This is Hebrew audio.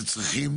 שצריכים